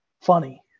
funny